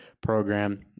program